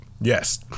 Yes